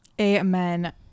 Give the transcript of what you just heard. Amen